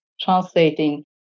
translating